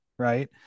Right